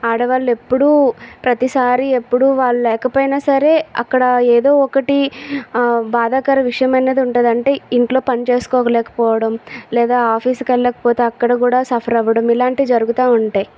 ఆడవాళ్ళు ఎప్పుడూ ప్రతిసారి ఎప్పుడూ వాళ్ళు లేకపోయినా సరే అక్కడ ఏదో ఒకటి ఆ బాధాకర విషయమనేది ఉంటుంది అంటే ఇంట్లో పని చేసుకోలేకపోవడం లేదా ఆఫీస్ వెళ్ళకపోతే అక్కడ కూడా సఫర్ అవ్వడం ఇలాంటివి జరుగుతు ఉంటాయి